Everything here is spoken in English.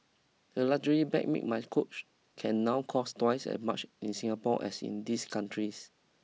a luxury bag made by Coach can now cost twice as much in Singapore as in these countries